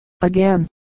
Again